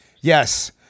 Yes